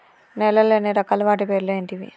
నేలలు ఎన్ని రకాలు? వాటి పేర్లు ఏంటివి?